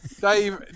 Dave